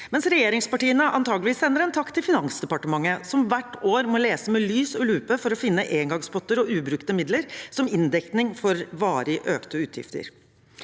mens regjeringspartiene antakeligvis sender en takk til Finansdepartementet, som hvert år må lete med lys og lupe for å finne engangspotter og ubrukte midler som inndekning for varig økte utgifter.